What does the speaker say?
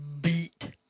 beat